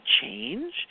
change